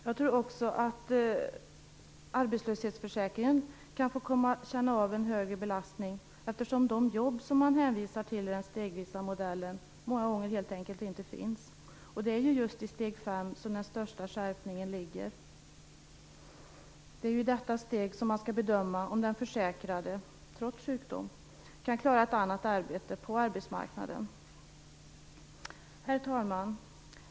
Jag tror också att arbetslöshetsförsäkringen kan komma att få känna av en högre belastning, eftersom de jobb man hänvisar till i den stegvisa modellen många gånger helt enkelt inte finns. Det är just i steg 5 som den största skärpningen ligger, det är i detta steg man skall bedöma om den försäkrade, trots sjukdom, kan klara ett annat arbete på arbetsmarknaden. Herr talman!